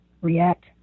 react